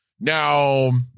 Now